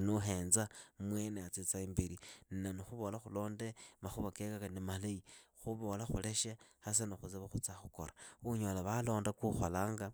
nuhenza mwene atsitaa imbeli. Na ni khuvola khulonde makhuva kekeyaka ni malahi na ni khuvola khulekhe, sasa ni khutse va khutsaa khukora. Khuunyola vaalonda kuukholanga,